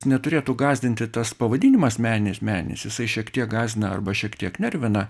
neturėtų gąsdinti tas pavadinimas meninis meninis jisai šiek tiek gąsdina arba šiek tiek nervina